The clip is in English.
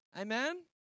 Amen